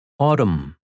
Autumn